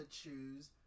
choose